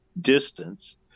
distance